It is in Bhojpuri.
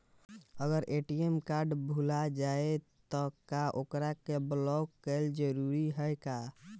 अगर ए.टी.एम कार्ड भूला जाए त का ओकरा के बलौक कैल जरूरी है का?